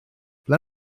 ble